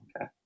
Okay